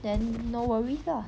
then no worries lah